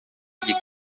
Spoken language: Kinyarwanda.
igihe